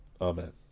Amen